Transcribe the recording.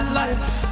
life